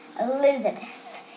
Elizabeth